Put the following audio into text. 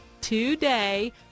today